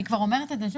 אני כבר אומרת את זה,